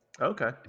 Okay